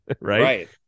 right